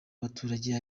abaturage